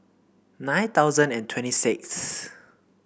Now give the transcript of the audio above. nine thousand and twenty sixth